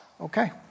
okay